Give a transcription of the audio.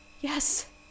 Yes